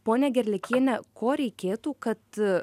ponia gerliakiene ko reikėtų kad